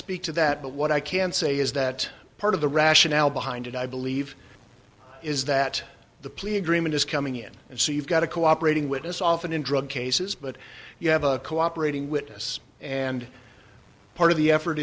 speak to that but what i can say is that part of the rationale behind it i believe is that the plea agreement is coming in and so you've got a cooperating witness often in drug cases but you have a cooperating witness and part of the effort